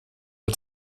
der